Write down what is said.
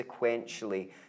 sequentially